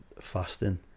fasting